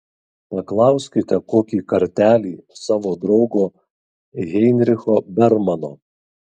paklauskite kokį kartelį savo draugo heinricho bermano